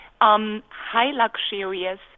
high-luxurious